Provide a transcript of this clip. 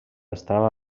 estava